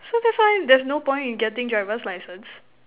so that's why there's no point in getting driver's license